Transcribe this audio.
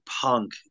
Punk